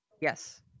Yes